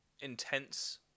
intense